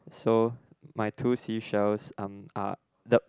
so my two seashells um are the